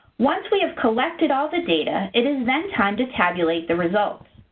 once we have collected all the data, it is then time to tabulate the results.